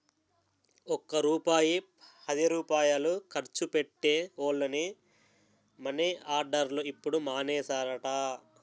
ఒక్క రూపాయి పదిరూపాయలు ఖర్చు పెట్టే వోళ్లని మని ఆర్డర్లు ఇప్పుడు మానేసారట